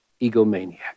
egomaniac